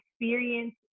experience